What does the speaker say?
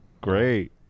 great